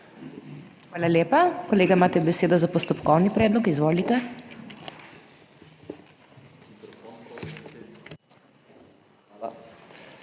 Hvala. Kolega, imate besedo za postopkovni predlog. Izvolite.